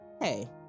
Hey